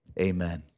Amen